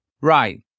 Right